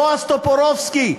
בועז טופורובסקי,